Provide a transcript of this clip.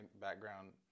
background